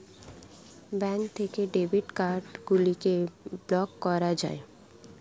bank থেকে debit card গুলিকে block করা যায়